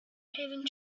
hidden